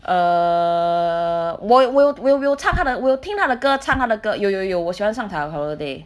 err 我有我有我有我有唱她的我有听他的歌唱他的歌有有有我喜欢 holiday